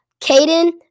Caden